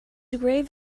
grave